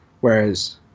Whereas